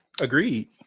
Agreed